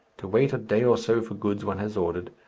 to wait a day or so for goods one has ordered,